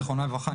זיכרונם לברכה,